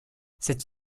cette